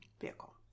Vehicle